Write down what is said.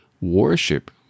worship